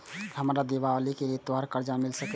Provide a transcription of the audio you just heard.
हमरा दिवाली के लिये त्योहार कर्जा मिल सकय?